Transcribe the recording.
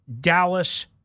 Dallas